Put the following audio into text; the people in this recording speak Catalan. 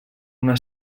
una